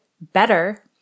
better